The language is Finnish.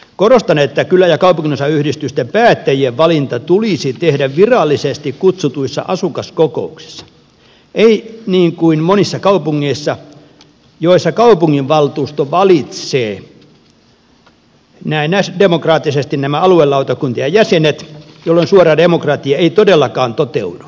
korostan että kylä ja kaupunginosayhdistysten päättäjien valinta tulisi tehdä virallisesti kutsutuissa asukaskokouksissa ei niin kuin monissa kaupungeissa joissa kaupunginvaltuusto valitsee näennäisdemokraattisesti nämä aluelautakuntien jäsenet jolloin suora demokratia ei todellakaan toteudu